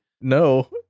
No